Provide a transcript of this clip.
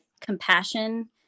compassion